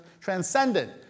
transcendent